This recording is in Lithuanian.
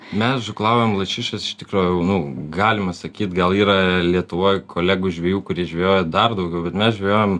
mes žūklaujam lašišas iš tikrųjų nu galima sakyt gal yra lietuvoj kolegų žvejų kurie žvejojo dar daugiau bet mes žvejojam